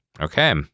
Okay